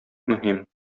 мөһим